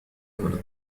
هناك